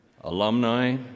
alumni